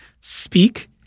speak